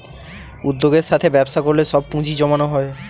উদ্যোগের সাথে ব্যবসা করলে সব পুজিঁ জমানো হয়